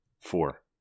four